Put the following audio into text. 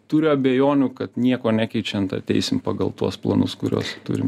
turiu abejonių kad nieko nekeičiant ateisim pagal tuos planus kuriuos turim